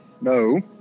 No